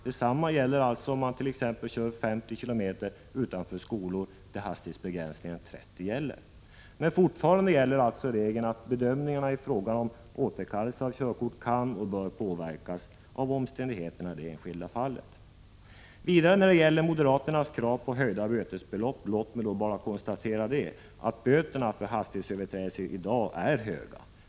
Detsamma gäller t.ex. om man kör 50 km tim gäller. Men fortfarande har vi regeln att bedömningarna i fråga om återkallelse av körkort kan och bör påverkas av omständigheterna i det enskilda fallet. När det gäller moderaternas krav på en höjning av bötesbeloppen vill jag bara konstatera att böterna för hastighetsöverträdelse i dag är höga.